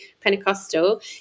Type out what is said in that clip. Pentecostal